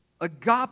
Agape